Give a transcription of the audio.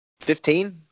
Fifteen